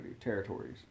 territories